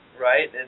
right